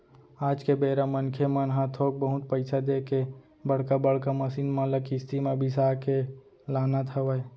आज के बेरा मनखे मन ह थोक बहुत पइसा देके बड़का बड़का मसीन मन ल किस्ती म बिसा के लानत हवय